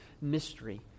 Mystery